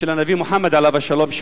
של הנביא מוחמד עליו השלום,